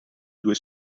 due